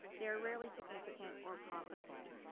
they're rarely significant or profitable.